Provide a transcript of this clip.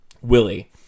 Willie